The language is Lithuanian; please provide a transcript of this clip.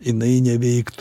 jinai neveikt